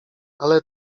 ale